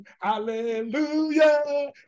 Hallelujah